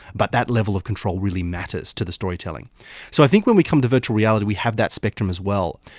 but that level of control really matters to the storytelling. so i think when we come to virtual reality we have that spectrum as well.